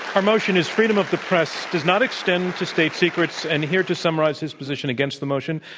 our motion is freedom of the press does not extend to state secrets. and here to summarize his position against the motion,